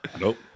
Nope